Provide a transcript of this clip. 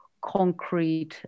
concrete